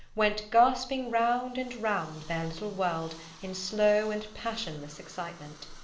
went gasping round and round their little world in slow and passionless excitement.